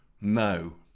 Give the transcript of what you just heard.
No